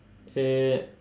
eight